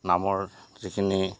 নামৰ যিখিনি